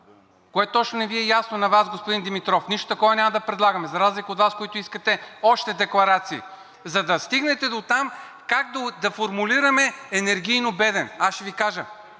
Кое още не Ви е ясно на Вас, господин Димитров? Нищо такова няма да предлагаме, за разлика от Вас, които искате още декларации, за да стигнете дотам как да формулираме енергийно беден?! Аз ще Ви кажа.